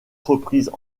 reprises